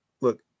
look